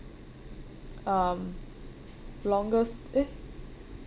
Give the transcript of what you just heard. um longest eh